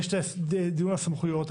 יש דיון על סמכויות.